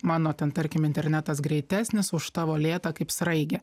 mano ten tarkim internetas greitesnis už tavo lėtą kaip sraigė